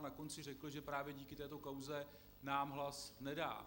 Na konci řekl, že právě díky této kauze nám hlas nedá.